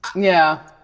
yeah.